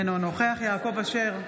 אינו נוכח יעקב אשר,